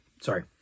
sorry